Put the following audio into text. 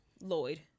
Lloyd